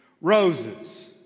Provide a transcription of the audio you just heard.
Roses